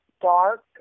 dark